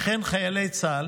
וכן חיילי צה"ל,